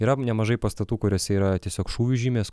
yra nemažai pastatų kuriuose yra tiesiog šūvių žymės